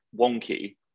wonky